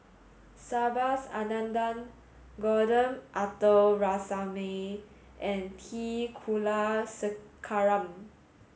Subhas Anandan Gordon Arthur Ransome and T Kulasekaram